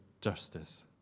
justice